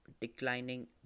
declining